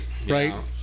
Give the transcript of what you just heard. Right